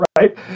right